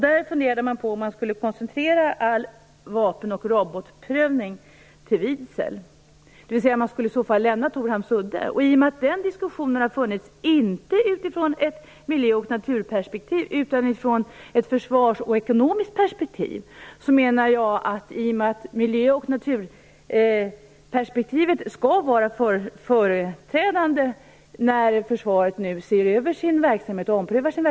Man funderade där på om man skulle koncentrera all vapen och robotprövning till Vidsel. Man skulle i så fall lämna I och med att den diskussionen har funnits - inte utifrån ett miljö och naturperspektiv, utan utifrån ett försvars och ekonomiskt perspektiv - menar jag att miljö och naturperspektivet skall vara framträdande när försvaret nu ser över sin verksamhet och omprövar den.